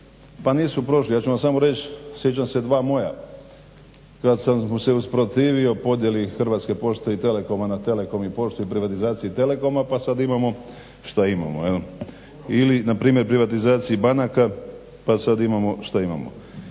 pa nisu prošli. Ja ću vam samo reći, sjećam se dva moja. Kad sam se usprotivio podjeli Hrvatske pošte i telekoma na Telekom i Poštu i privatizaciji Telekoma pa sad imamo šta imamo. Ili npr. privatizaciji banaka pa sad imamo šta imamo.